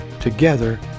Together